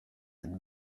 and